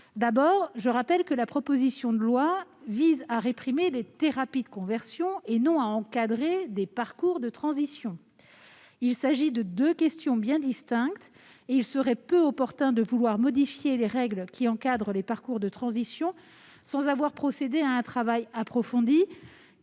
d'abord, je rappelle que la proposition de loi vise à réprimer les thérapies de conversion, et non à encadrer les parcours de transition. Il s'agit de deux questions bien distinctes, et il serait peu opportun de vouloir modifier les règles encadrant les parcours de transition sans avoir au préalable procédé à un travail approfondi,